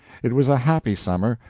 it was a happy summer,